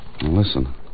Listen